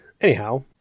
Anyhow